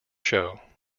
show